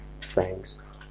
thanks